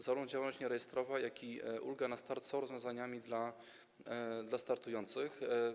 Zarówno działalność nierejestrowa, jak i ulga na start są rozwiązaniami dla startujących.